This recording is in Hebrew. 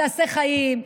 תעשה חיים.